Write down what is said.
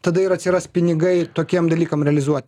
tada ir atsiras pinigai tokiem dalykam realizuoti